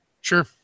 Sure